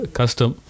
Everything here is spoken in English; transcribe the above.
custom